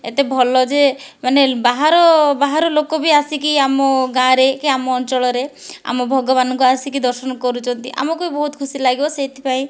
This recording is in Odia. ଏତେ ଭଲ ଯେ ମାନେ ବାହାର ବାହାର ଲୋକ ବି ଆସିକି ଆମ ଗାଁରେ କି ଆମ ଅଞ୍ଚଳରେ ଆମ ଭଗବାନଙ୍କୁ ଆସିକି ଦର୍ଶନ କରୁଛନ୍ତି ଆମକୁ ବି ବହୁତ ଖୁସି ଲାଗିବ ସେଥିପାଇଁ